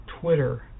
Twitter